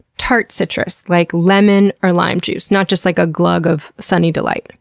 tart citrus, like lemon or lime juice, not just like a glug of sunny delight.